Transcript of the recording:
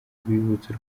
rwibutso